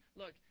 look